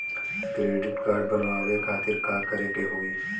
Credit card बनवावे खातिर का करे के होई?